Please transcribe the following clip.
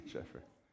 Jeffrey